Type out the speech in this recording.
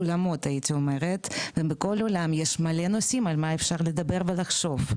אולמות הייתי אומרת ובכל אולם יש מלא נושאים על מה אפשר לדבר ולחשוב,